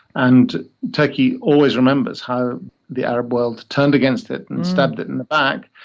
and turkey always remembers how the arab world turned against it and stabbed it in the back.